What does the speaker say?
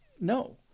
no